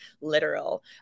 literal